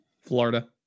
Florida